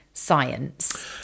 science